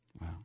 Wow